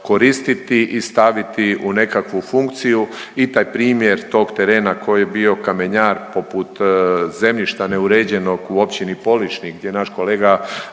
koristiti i staviti u nekakvu funkciju i taj primjer tog terena koji je bio kamenjar poput zemljišta neuređenog u općini Poličnik gdje naš kolega